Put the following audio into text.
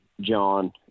John